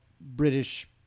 British